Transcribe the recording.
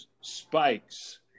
spikes